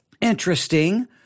interesting